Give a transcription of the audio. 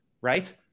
right